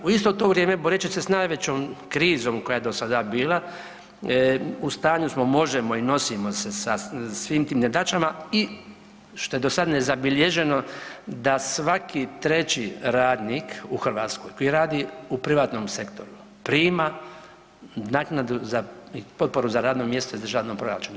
U isto to vrijeme boreći se s najvećom krizom koja je do sada bila u stanju smo, možemo i nosimo se sa svim tim nedaćama i što je do sada nezabilježeno da svaki 3 radnik u Hrvatskoj koji radi u privatnom sektoru prima naknadu za, i potporu za radno mjesto iz državnog proračuna.